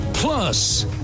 Plus